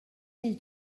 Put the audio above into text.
mille